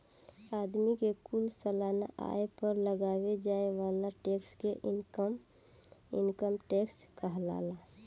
आदमी के कुल सालाना आय पर लगावे जाए वाला टैक्स के इनकम टैक्स कहाला